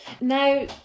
Now